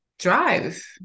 Drive